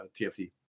TFT